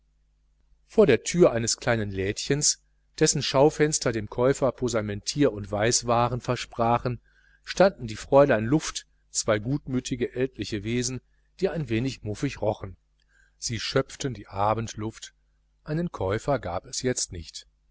vor der tür eines kleinen lädchens dessen schaufenster dem käufer posamentier und weißwaren versprachen standen die fräulein luft zwei gutmütige ältliche wesen die ein wenig muffig rochen sie schöpften die abendluft einen käufer gab es jetzt nicht